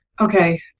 Okay